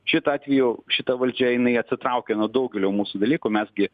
šitu atveju šita valdžia jinai atsitraukė nuo daugelio mūsų dalykų mes gi